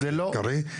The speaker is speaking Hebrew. קרעי.